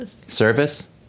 Service